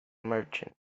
merchant